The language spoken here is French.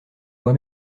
moi